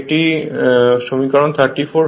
এটি হল সমীকরণ 34